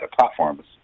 Platforms